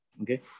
Okay